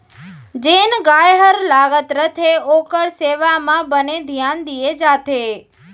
जेन गाय हर लागत रथे ओकर सेवा म बने धियान दिये जाथे